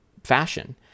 fashion